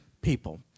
people